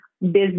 business